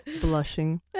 Blushing